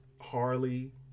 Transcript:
Harley